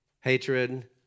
hatred